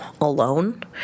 alone